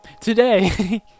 Today